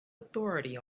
authority